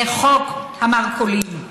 לחוק המרכולים?